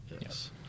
Yes